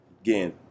again